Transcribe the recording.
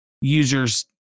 users